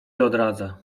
odradza